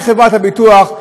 מחברת הביטוח,